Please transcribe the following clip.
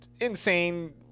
insane